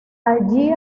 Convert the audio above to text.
allí